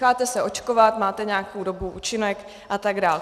Necháte se očkovat, máte nějakou dobu účinek a tak dál.